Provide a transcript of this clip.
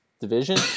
division